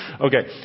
Okay